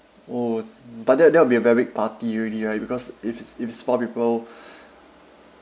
oh but that'll that'll be a very big party already right because if it's if it's small people